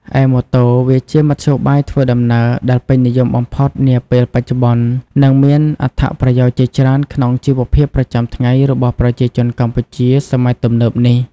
ឯម៉ូតូវាជាមធ្យោបាយធ្វើដំណើរដែលពេញនិយមបំផុតនាពេលបច្ចុប្បន្ន និងមានអត្ថប្រយោជន៍ជាច្រើនក្នុងជីវភាពប្រចាំថ្ងៃរបស់ប្រជាជនកម្ពុជាសម័យទំនើបនេះ ។